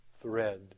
thread